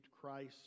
Christ